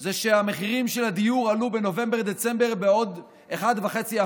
זה שהמחירים של הדיור עלו בנובמבר-דצמבר בעוד 1.5%,